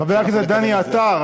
חבר הכנסת דני עטר,